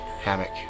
hammock